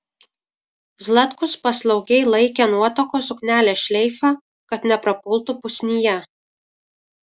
zlatkus paslaugiai laikė nuotakos suknelės šleifą kad neprapultų pusnyje